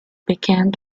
became